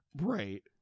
Right